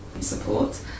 support